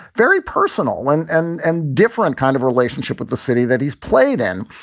very personal and and and different kind of relationship with the city that he's played in.